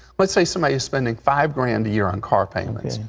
let's say somebody is spending five grand a year on car payments.